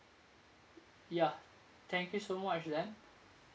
ya thank you so much then